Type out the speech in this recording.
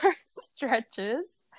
stretches